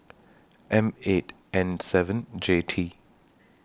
M eight N seven J T